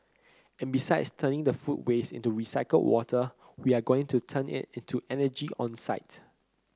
and besides turning the food waste into recycled water we are going to turn it into energy on site